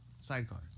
Sidecar